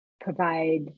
provide